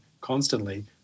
constantly